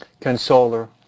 consoler